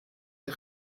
der